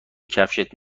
کفشت